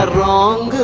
wrong